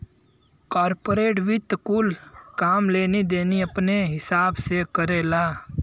corporate वित्त कुल काम लेनी देनी अपने हिसाब से करेला